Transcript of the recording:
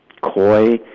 coy